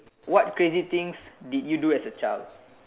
what crazy things did you do as a child